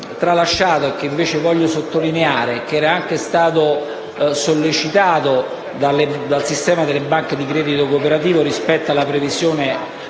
tralasciato e che invece voglio sottolineare, il quale era anche stato sollecitato dal sistema delle banche di credito cooperativo rispetto alla previsione